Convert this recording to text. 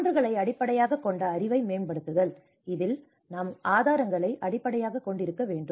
சான்றுகளை அடிப்படையாகக் கொண்ட அறிவை மேம்படுத்துதல் இதில் நாம் ஆதாரங்களை அடிப்படையாகக் கொண்டிருக்க வேண்டும்